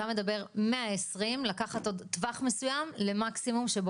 אתה אומר שמה-20% לקחת עוד טווח מסוים למקסימום?